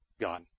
God